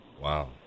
Wow